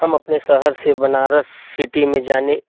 हम अपने शहर से बनारस सिटी में जाने